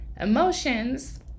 emotions